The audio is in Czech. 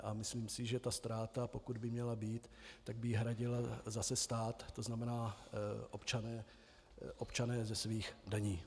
A myslím si, že ta ztráta, pokud by měla být, tak by ji hradil zase stát, to znamená občané ze svých daní.